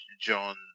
John